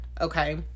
okay